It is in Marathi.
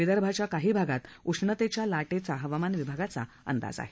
विदर्भाच्या काही भागात उष्णतेच्या लाटेचा हवामान विभागाचा अंदाज आहे